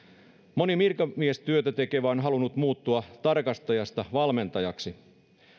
moni virkamiestyötä tekevä on halunnut muuttua tarkastajasta valmentajaksi